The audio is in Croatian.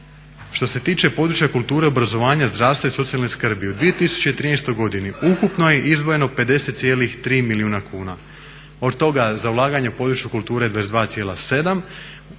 Što se tiče područja kulture, obrazovanja, zdravstva i socijalne skrbi u 2013. godini ukupno je izdvojeno 50,3 milijuna kuna. Od toga za ulaganje u području kulture 22,7, ulaganje